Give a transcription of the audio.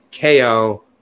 ko